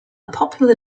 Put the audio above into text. popular